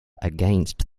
against